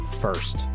first